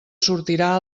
sortirà